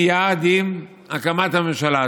מייד עם הקמת הממשלה,